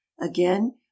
Again